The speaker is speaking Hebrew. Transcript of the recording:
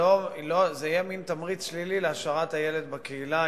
וזה יהיה מין תמריץ שלילי להשארת הילד בקהילה,